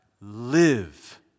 live